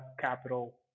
capital